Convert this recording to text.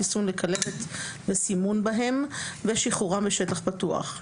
חיסון לכלבת וסימון בהם ושחרורם בשטח פתוח,